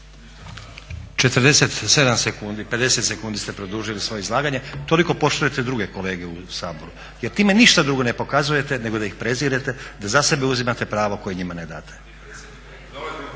47 sekundi, 50 sekundi ste produžili svoje izlaganje. Toliko poštujete druge kolege u Saboru. Jer time ništa drugo ne pokazujete nego da ih prezirete, da za sebe uzimate pravo koje njima ne date.